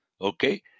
Okay